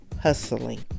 hustling